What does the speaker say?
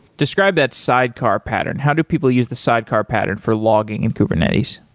describe that sidecar pattern. how do people use the sidecar pattern for logging in kubernetes?